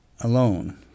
alone